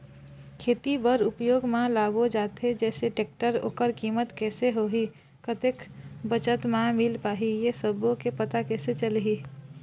खेती बर उपयोग मा लाबो जाथे जैसे टेक्टर ओकर कीमत कैसे होही कतेक बचत मा मिल पाही ये सब्बो के पता कैसे चलही?